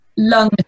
lung